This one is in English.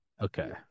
okay